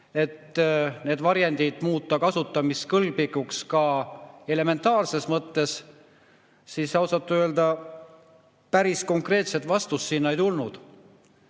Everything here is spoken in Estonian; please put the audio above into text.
et need varjendid muuta kasutamiskõlblikuks ka elementaarses mõttes, siis ausalt öelda päris konkreetset vastust ei tulnud.